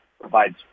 provides